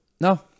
no